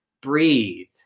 breathe